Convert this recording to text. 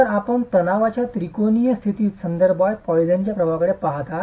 तर आपण तणावाच्या त्रिकोणीय स्थितीच्या संदर्भात पॉईसनच्या प्रभावाकडे पहात आहात